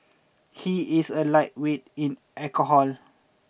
he is a lightweight in alcohol